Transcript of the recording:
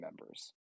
members